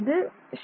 இது Ψn−1